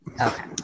Okay